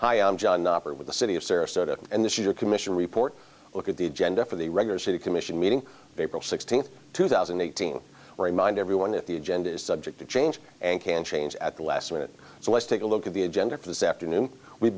hi i'm john with the city of sarasota and this is a commission report look at the agenda for the regular city commission meeting sixteenth two thousand and eighteen remind everyone that the agenda is subject to change and can change at the last minute so let's take a look at the agenda for this afternoon we